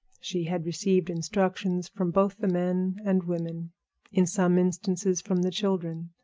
she had received instructions from both the men and women in some instances from the children.